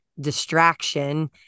distraction